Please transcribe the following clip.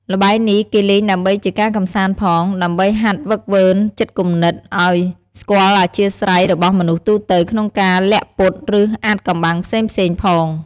ល្បែងនេះ គេលេងដើម្បីជាការកម្សាន្តផង ដើម្បីហាត់ហ្វឹកហ្វឺនចិត្តគំនិត ឲ្យស្គាល់អធ្យាស្រ័យរបស់មនុស្សទូទៅក្នុងការលាក់ពុត ឬអាថ៍កំបាំងផ្សេងៗផង។